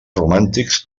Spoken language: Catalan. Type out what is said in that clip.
romàntics